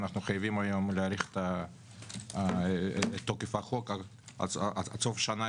אנחנו חייבים להאריך את תוקף החוק עד סוף השנה,